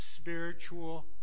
spiritual